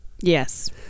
Yes